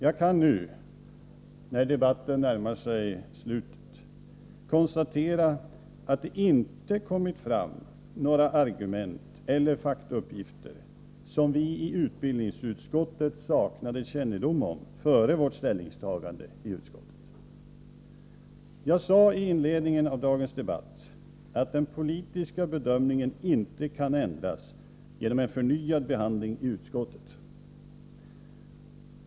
Jag kan när debatten närmar sig slutet konstatera att det inte har kommit fram några argument eller faktauppgifter, som vi i utbildningsutskottet saknade kännedom om före vårt ställningstagande. IT inledningen av dagens debatt sade jag att den politiska bedömningen inte kan ändras genom en förnyad behandling i utskottet.